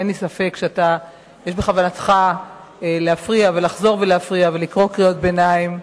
אין לי ספק שבכוונתך להפריע ולחזור ולהפריע ולקרוא קריאות ביניים.